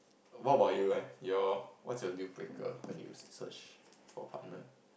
what about you eh your what's your deal breaker when you search for a partner